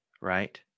Right